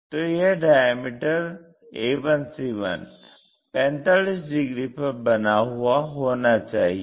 तो यह diameter a1c1 45 degree पर बना हुआ होना चाहिए